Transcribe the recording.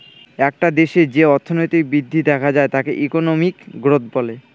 একটা দেশে যে অর্থনৈতিক বৃদ্ধি দেখা যায় তাকে ইকোনমিক গ্রোথ বলে